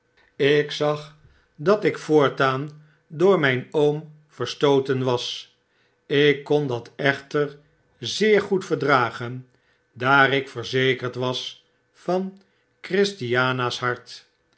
ik zag dat ik voortaan door mijn oom verstooten was ik kon dat echter zeer goed verdragen daar ik verzekerd was van christiana's hart